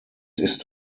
ist